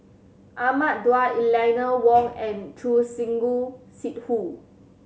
Ahmad Daud Eleanor Wong and Choor Singh Sidhu